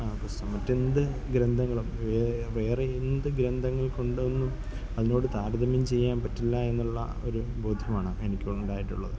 പുസ്തകം മറ്റെന്ത് ഗ്രന്ഥങ്ങളും വേറെ എന്ത് ഗ്രന്ഥങ്ങൾ കൊണ്ടൊന്നും അതിനോട് താരതമ്യം ചെയ്യാൻ പറ്റില്ല എന്നുള്ള ഒരു ബോധ്യമാണ് എനിക്കുണ്ടായിട്ടുള്ളത്